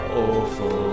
awful